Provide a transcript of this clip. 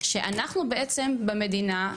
שאנחנו בעצם במדינה,